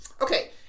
Okay